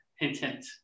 intent